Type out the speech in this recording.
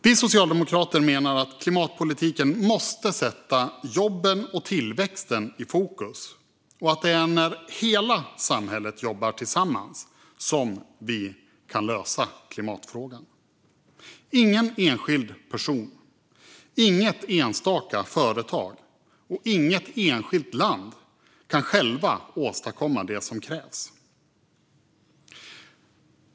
Vi socialdemokrater menar att klimatpolitiken måste sätta jobben och tillväxten i fokus och att det är när hela samhället jobbar tillsammans som vi kan lösa klimatfrågan. Inga enskilda personer, företag eller länder kan själva åstadkomma det som krävs.